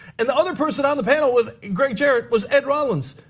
and the other person on the panel was great jerry was ed rollins.